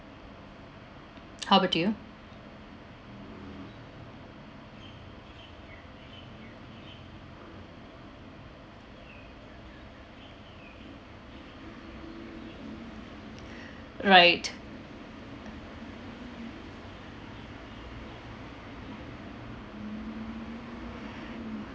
how about you right